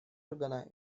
органа